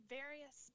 various